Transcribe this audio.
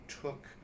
took